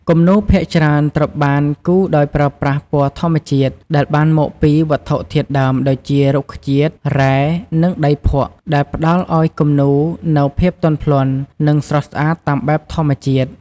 គំនូរភាគច្រើនត្រូវបានគូរដោយប្រើប្រាស់ពណ៌ធម្មជាតិ ដែលបានមកពីវត្ថុធាតុដើមដូចជារុក្ខជាតិ រ៉ែ និងដីភក់ ដែលផ្តល់ឱ្យគំនូរនូវភាពទន់ភ្លន់ និងស្រស់ស្អាតតាមបែបធម្មជាតិ។